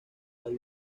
hay